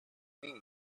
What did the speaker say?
pineios